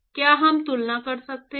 क्या हम तुलना कर सकते हैं